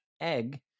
Egg